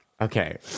Okay